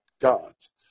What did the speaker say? God's